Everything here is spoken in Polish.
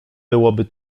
byłoby